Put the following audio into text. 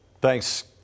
Thanks